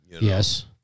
Yes